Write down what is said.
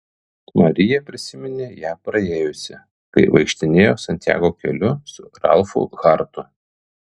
marija prisiminė ją praėjusi kai vaikštinėjo santjago keliu su ralfu hartu